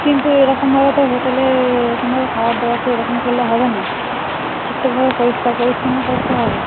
কিন্তু এরকমভাবে তো হোটেলে এরকমভাবে খাবার দাবার তো এরকম করলে হবে না ঠিকঠাকভাবে পরিষ্কার পরিচ্ছন্ন করতে হবে